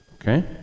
Okay